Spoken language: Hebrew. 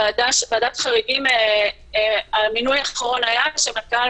ועדת החריגים המינוי האחרון היה כשמנכ"ל